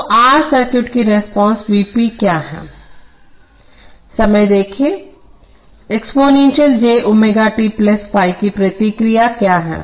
तो R circuit की response V p क्या हैं समय देखें 0510 एक्सपोनेंशियल j ω t ϕ की प्रतिक्रिया क्या है